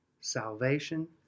salvation